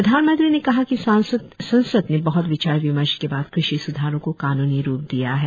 प्रधानमंत्री ने कहा कि संसद ने बह्त विचार विमर्श के बाद कृषि स्धारों को कानूनी रूप दिया है